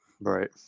Right